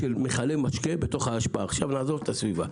אם רוצים לייקר, צריך גם לסבסד.